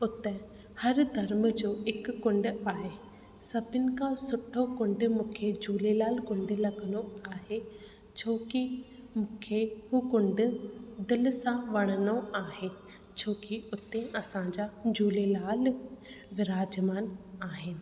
हुते हर धर्म जो हिकु कुंड आहे सभिनी खां सुठो कुंड मूंखे झूलेलाल कुंड लॻंदो आहे छोकी मूंखे हू कुंड दिलि सां वणंदो आहे छोकी हुते असांजा झूलेलाल विराजमान आहिनि